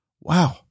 wow